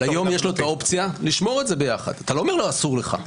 אבל היום יש לו את האופציה לשמור את זה ביחד אתה לא אומר לו אסור לך.